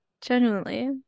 Genuinely